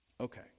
okay